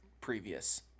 previous